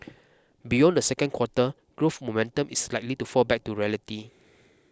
beyond the second quarter growth momentum is likely to fall back to reality